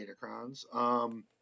datacrons